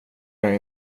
jag